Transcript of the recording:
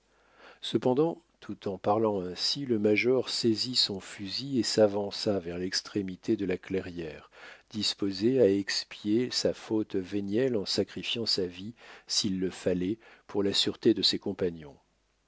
cependant tout en parlant ainsi le major saisit son fusil et s'avança vers l'extrémité de la clairière disposé à expier sa faute vénielle en sacrifiant sa vie s'il le fallait pour la sûreté de ses compagnons